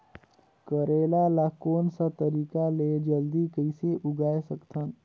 करेला ला कोन सा तरीका ले जल्दी कइसे उगाय सकथन?